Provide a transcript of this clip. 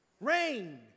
rain